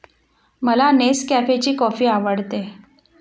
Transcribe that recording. मला नेसकॅफेची कॉफी आवडते